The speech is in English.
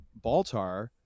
Baltar